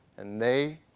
and they,